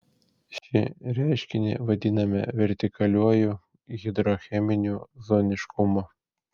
šį reiškinį vadiname vertikaliuoju hidrocheminiu zoniškumu